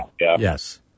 Yes